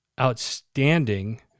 outstanding